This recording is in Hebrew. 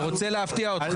אני רוצה להפתיע אותך.